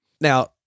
Now